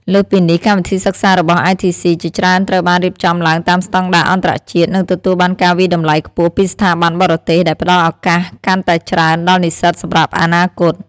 លើសពីនេះកម្មវិធីសិក្សារបស់ ITC ជាច្រើនត្រូវបានរៀបចំឡើងតាមស្តង់ដារអន្តរជាតិ និងទទួលបានការវាយតម្លៃខ្ពស់ពីស្ថាប័នបរទេស ដែលផ្តល់ឱកាសកាន់តែច្រើនដល់និស្សិតសម្រាប់អនាគត។